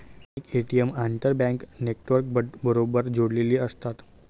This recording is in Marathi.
अनेक ए.टी.एम आंतरबँक नेटवर्कबरोबर जोडलेले असतात